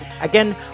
Again